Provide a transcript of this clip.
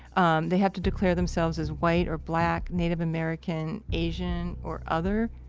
um they have to declare themselves as white or black, native american, asian, or other.